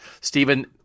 Stephen